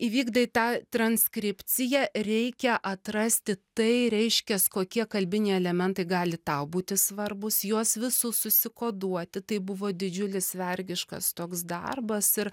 įvykdai tą transkripciją reikia atrasti tai reiškias kokie kalbiniai elementai gali tau būti svarbūs juos visus užsikoduoti tai buvo didžiulis vergiškas toks darbas ir